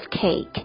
cake